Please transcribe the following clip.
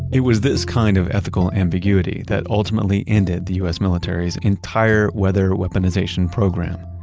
it was this kind of ethical ambiguity that ultimately ended the u s. military's entire weather weaponization program.